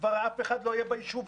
כבר אף אחד לא יהיה ביישובים.